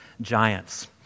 Giants